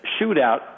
Shootout